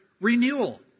renewal